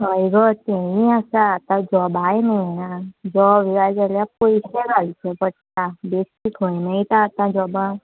हय गो तेंयी आसा आतां जॉबांय मेयणा जॉब जाय जाल्यार पयशे घालचे पडटा बेश्टी खंय मेयटा आतां जॉबां